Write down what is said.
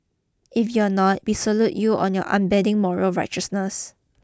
if you're not we salute you on your unbending moral righteousness